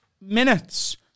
minutes